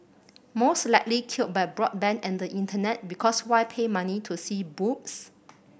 most likely killed by broadband and the Internet because why pay money to see boobs